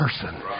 person